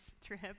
trip